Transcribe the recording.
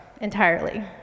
entirely